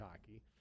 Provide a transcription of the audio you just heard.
hockey